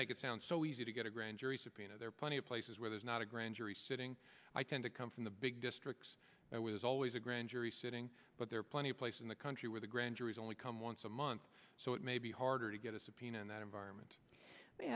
make it sound so easy to get a grand jury subpoena there are plenty of places where there's not a grand jury sitting i tend to come from the big districts i was always a grand jury sitting but there are plenty of place in the country where the grand juries only come once a month so it may be harder to get a subpoena in that environment